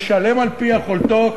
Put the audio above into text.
ישלם על-פי יכולתו,